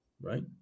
right